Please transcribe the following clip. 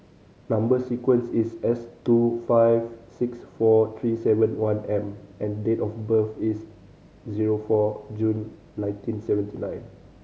number sequence is S two five six four three seven one M and date of birth is zero four June nineteen seventy nine